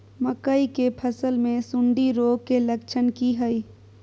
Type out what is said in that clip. मकई के फसल मे सुंडी रोग के लक्षण की हय?